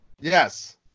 yes